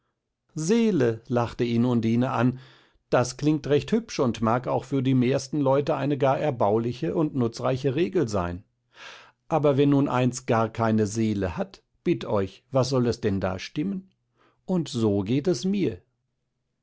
seele lachte ihn undine an das klingt recht hübsch und mag auch für die mehrsten leute eine gar erbauliche und nutzreiche regel sein aber wenn nun eins gar keine seele hat bitt euch was soll es denn da stimmen und so geht es mir